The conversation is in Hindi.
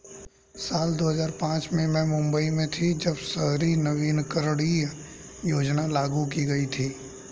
साल दो हज़ार पांच में मैं मुम्बई में थी, जब शहरी नवीकरणीय योजना लागू की गई थी